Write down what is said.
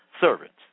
servants